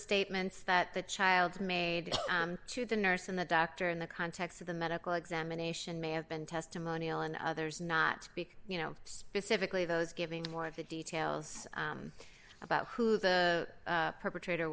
statements that the child's made to the nurse and the doctor in the context of the medical examination may have been testimonial and others not speak specifically those giving more of the details about who the perpetrator